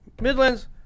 Midlands